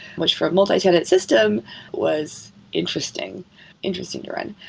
which for a multi-tenant system was interesting interesting to run.